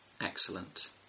excellent